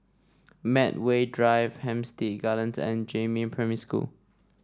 Medway Drive Hampstead Gardens and Jiemin Primary School